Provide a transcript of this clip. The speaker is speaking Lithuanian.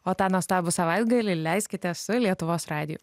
o tą nuostabų savaitgalį leiskite su lietuvos radiju